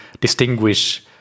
distinguish